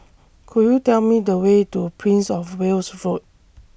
Could YOU Tell Me The Way to Prince of Wales Road